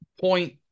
point